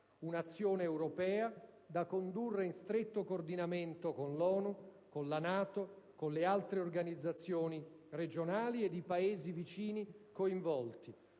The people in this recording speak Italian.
un'azione europea da condurre in stretto coordinamento con l'ONU, con la NATO, con le altre organizzazioni regionali ed i Paesi vicini coinvolti.